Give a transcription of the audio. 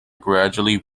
gradually